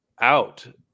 out